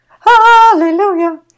Hallelujah